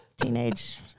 teenage